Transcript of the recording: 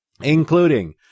including